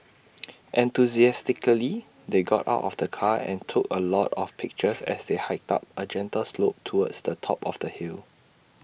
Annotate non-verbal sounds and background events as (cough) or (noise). (noise) enthusiastically they got out of the car and took A lot of pictures as they hiked up A gentle slope towards the top of the hill